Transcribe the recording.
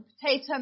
potato